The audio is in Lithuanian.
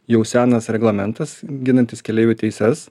jau senas reglamentas ginantis keleivių teises